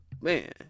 man